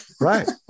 Right